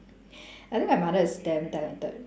I think my mother is damn talented